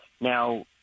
Now